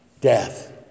death